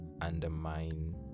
undermine